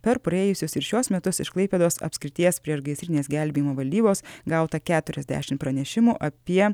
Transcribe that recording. per praėjusius ir šiuos metus iš klaipėdos apskrities priešgaisrinės gelbėjimo valdybos gauta keturiasdešimt pranešimų apie